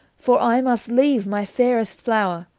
for i must leave my fairest flower,